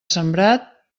sembrat